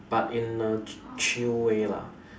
but in a chill way lah